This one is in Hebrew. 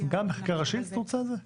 גם בחקיקה ראשית את רוצה את זה?